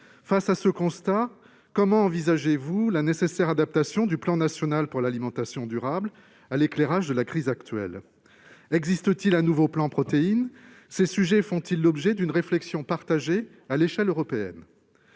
Face à ce constat, comment envisagez-vous la nécessaire adaptation du Programme national pour l'alimentation (PNA) à l'éclairage de la crise actuelle ? Existe-t-il un nouveau plan Protéines végétales ? Ces sujets font-ils l'objet d'une réflexion partagée à l'échelle européenne ?